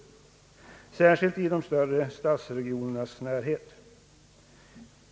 Detta gäller särskilt inom de större stadsregionernas närhet.